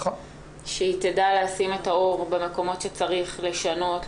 שהיא תדע לשים את האור במקומות שצריך לשנות,